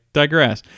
digress